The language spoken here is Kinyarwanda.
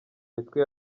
mitwe